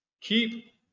Keep